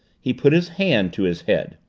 he put his hand to his head.